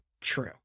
true